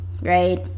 right